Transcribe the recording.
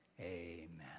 Amen